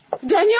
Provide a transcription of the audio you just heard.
Daniel